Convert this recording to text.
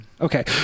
okay